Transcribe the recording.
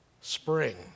spring